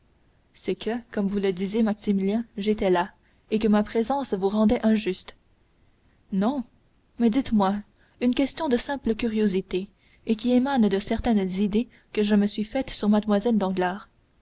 c'est que comme vous le disiez maximilien j'étais là et que ma présence vous rendait injuste non mais dites-moi une question de simple curiosité et qui émane de certaines idées que je me suis faites sur mlle danglars